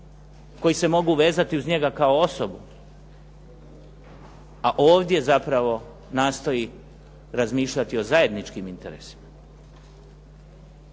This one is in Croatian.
koji se mogu vezati uz njega kao osobu, a ovdje zapravo nastoji razmišljati o zajedničkim interesima.